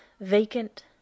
vacant